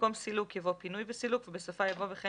במקום "סילוק" יבוא "פינוי וסילוק" ובסופה יבוא "וכן